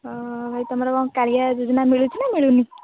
ହଁ ଭାଇ ତୁମର କ'ଣ କାଳିଆ ଯୋଜନା ମିଳୁଛି ନା ମିଳୁନି